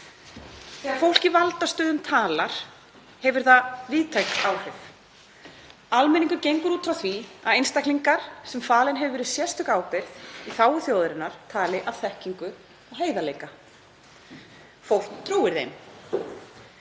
Þegar fólk í valdastöðum talar hefur það víðtæk áhrif. Almenningur gengur út frá því að einstaklingar sem falin hefur verið sérstök ábyrgð í þágu þjóðarinnar tali af þekkingu og heiðarleika. Fólk trúir þeim.